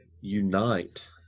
unite